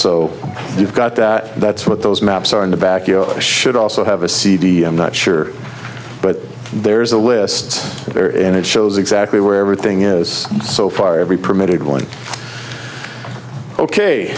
so you've got that that's what those maps are in the back yard should also have a cd i'm not sure but there's a list there and it shows exactly where everything is so far every permitted one ok